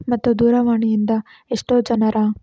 ಮತ್ತು ದೂರವಾಣಿಯಿಂದ ಎಷ್ಟೋ ಜನರ